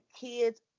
kids